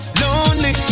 lonely